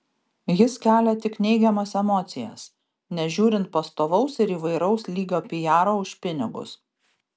jis kelia tik neigiamas emocijas nežiūrint pastovaus ir įvairaus lygio pijaro už pinigus